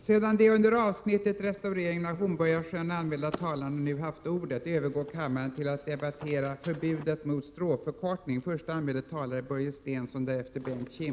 Sedan de under avsnittet Vissa säkerhetsfrågor anmälda talarna nu haft ordet övergår kammaren till att debattera avsnittet Utlänningsärenden.